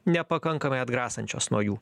nepakankamai atgrasančios nuo jų